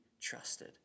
trusted